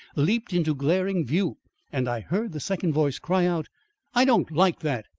leapt into glaring view and i heard the second voice cry out i don't like that!